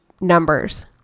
numbers